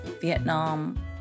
Vietnam